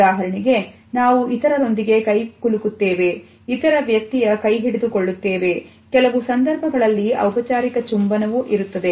ಉದಾಹರಣೆಗೆ ನಾವು ಇತರರೊಂದಿಗೆ ಕೈ ಹುಡುಕುತ್ತೇವೆ ಇತರ ವ್ಯಕ್ತಿಯ ಕೈಹಿಡಿದು ಕೊಳ್ಳುತ್ತೇವೆ ಕೆಲವು ಸಂದರ್ಭಗಳಲ್ಲಿ ಔಪಚಾರಿಕ ಚುಂಬನವು ಇರುತ್ತದೆ